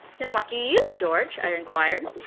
then what do you use, george? i inquired.